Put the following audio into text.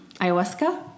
ayahuasca